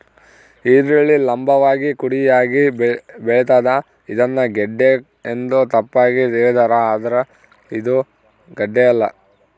ಈರುಳ್ಳಿ ಲಂಭವಾಗಿ ಕುಡಿಯಾಗಿ ಬೆಳಿತಾದ ಇದನ್ನ ಗೆಡ್ಡೆ ಎಂದು ತಪ್ಪಾಗಿ ತಿಳಿದಾರ ಆದ್ರೆ ಇದು ಗಡ್ಡೆಯಲ್ಲ